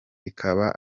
ikaba